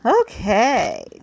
Okay